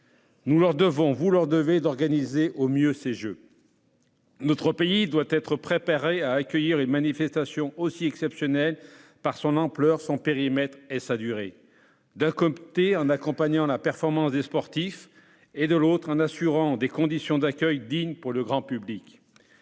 Nous leur devons, vous leur devez, d'organiser au mieux ces Jeux. Notre pays doit être préparé à accueillir une manifestation aussi exceptionnelle par son ampleur, son périmètre et sa durée. Il s'agit, d'une part, d'accompagner la performance des sportifs et, d'autre part, de garantir des conditions d'accueil dignes pour le grand public.